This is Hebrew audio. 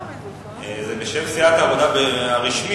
זה בשם סיעת העבודה הרשמית.